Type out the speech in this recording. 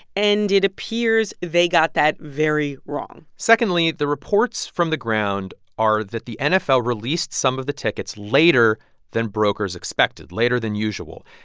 and it appears they got that very wrong secondly, the reports from the ground are that the nfl released some of the tickets later than brokers expected later than usual.